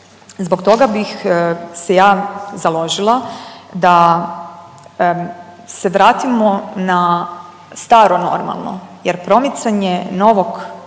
Zbog toga bih se ja založila da se vratimo na staro normalno jer promicanje novog